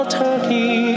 turkey